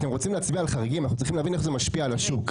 אתם רוצים להצביע על חריגים אנחנו צריכים להבין איך זה משפיע על השוק.